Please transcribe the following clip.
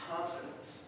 Confidence